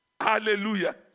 Hallelujah